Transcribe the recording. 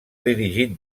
dirigit